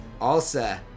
Alsa